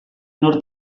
nor